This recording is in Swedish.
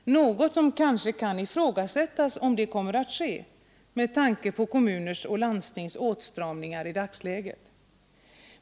Man kan ifrågasätta om det kommer att ske med tanke på kommuners och landstings åtstramningar i dagsläget.